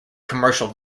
commercial